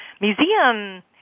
museum